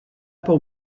pour